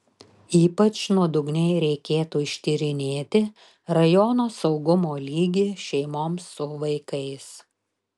ypač nuodugniai reikėtų ištyrinėti rajono saugumo lygį šeimoms su vaikais